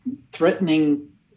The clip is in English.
threatening